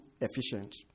efficient